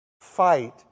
fight